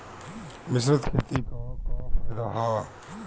मिश्रित खेती क का फायदा ह?